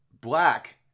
black